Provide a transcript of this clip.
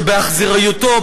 שבאכזריותו,